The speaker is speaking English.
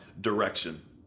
direction